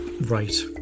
Right